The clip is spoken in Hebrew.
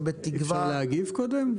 ובתקווה --- אי-אפשר להגיב קודם?